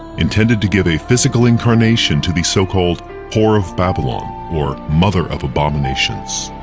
intended to give a physical incarnation to the so-called whore of babylon or mother of abominations.